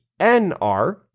NR